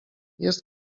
jest